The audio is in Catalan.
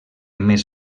més